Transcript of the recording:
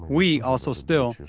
we also still,